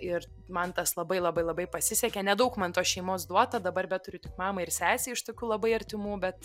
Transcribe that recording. ir man tas labai labai labai pasisekė nedaug man tos šeimos duota dabar bet turiu tik mamą ir sesę iš tokių labai artimų bet